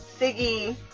Siggy